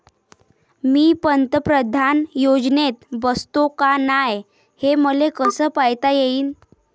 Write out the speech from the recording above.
मी पंतप्रधान योजनेत बसतो का नाय, हे मले कस पायता येईन?